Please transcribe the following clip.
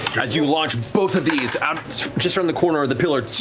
as you launch both of these out just around the corner of the pillar.